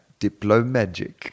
Diplomagic